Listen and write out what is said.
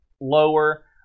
lower